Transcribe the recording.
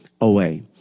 away